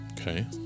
Okay